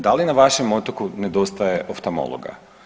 Da li na vašem otoku nedostaje oftamologa?